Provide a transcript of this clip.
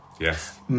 Yes